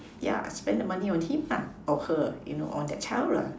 yeah spend the money on him lah or her you know on that child lah